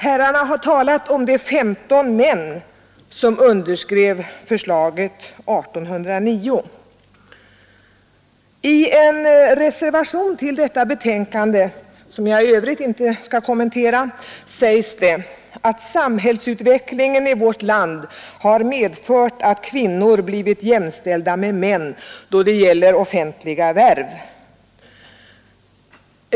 Herrarna har talat om de 15 män som underskrev förslaget 1809. I en reservation till detta betänkande, som jag i övrigt inte skall kommentera, sägs det att samhällsutvecklingen i vårt land har medfört att kvinnor blivit jämställda med män då det gäller offentliga värv.